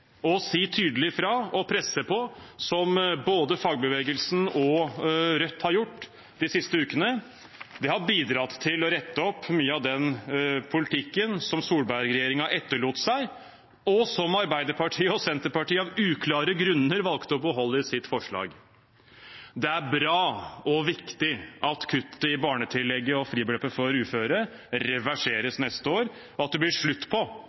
å si tydelig fra og presse på, som både fagbevegelsen og Rødt har gjort de siste ukene. Det har bidratt til å rette opp mye av den politikken som Solberg-regjeringen etterlot seg, og som Arbeiderpartiet og Senterpartiet av uklare grunner valgte å beholde i sitt forslag. Det er bra og viktig at kuttet i barnetillegget og fribeløpet for uføre reverseres for neste år, og at det blir slutt på